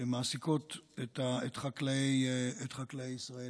שמעסיקות את חקלאי ישראל.